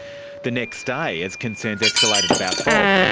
the next day as concerns escalated about bob,